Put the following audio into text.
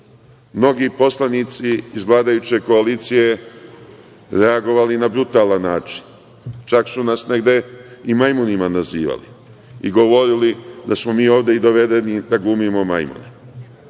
mnogi poslanici iz vladajuće koalicije reagovali na brutalan način. Čak su nas negde i majmunima nazivali i govorili da smo mi ovde dovedeni da glumimo majmune. Pa,